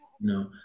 No